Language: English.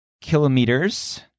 kilometers